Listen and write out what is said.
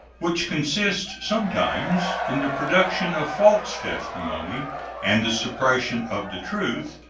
which consists sometimes in the production of false testimony and the suppression of the truth,